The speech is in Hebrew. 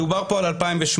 מדובר פה על 2008,